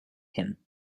him